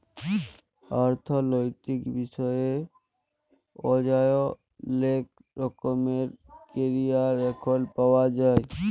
অথ্থলৈতিক বিষয়ে অযায় লেক রকমের ক্যারিয়ার এখল পাউয়া যায়